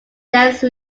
dance